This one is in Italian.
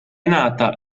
nata